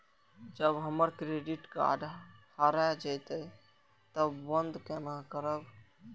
जब हमर credit card हरा जयते तब बंद केना करब?